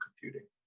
computing